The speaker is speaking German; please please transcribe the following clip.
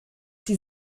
die